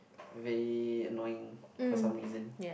very annoying for some reason